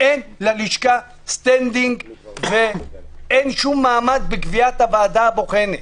אין ללשכה סטנדינג ואין שום מעמד בקביעת הוועדה הבוחנת,